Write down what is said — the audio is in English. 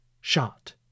shot